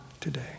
today